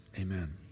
Amen